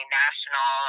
national